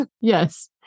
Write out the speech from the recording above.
Yes